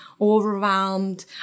overwhelmed